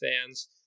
fans